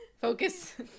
Focus